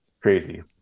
crazy